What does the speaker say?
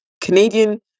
Canadian